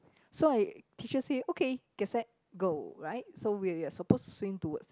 so I teacher say okay get set go right so we supposed to swim towards